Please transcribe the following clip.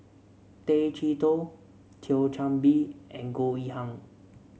Tay Chee Toh Thio Chan Bee and Goh Yihan